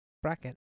Bracket